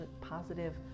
positive